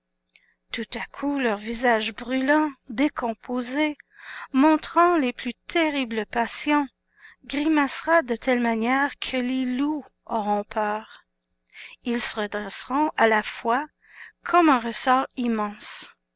tout à coup leur visage brûlant décomposé montrant les plus terribles passions grimacera de telle manière que les loups auront peur ils se dresseront à la fois comme un ressort immense